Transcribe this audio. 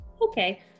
Okay